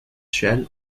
shell